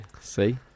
See